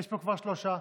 יש פה כבר שלושה.